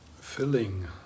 Filling